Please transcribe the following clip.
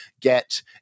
get